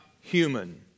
human